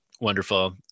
wonderful